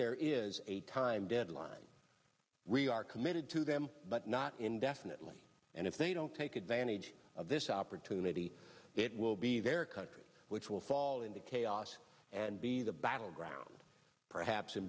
there is a time deadline really are committed to them but not indefinitely and if they don't take advantage of this opportunity it will be their country which will fall into chaos and be the battleground perhaps